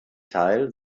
teil